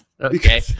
Okay